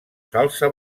salsa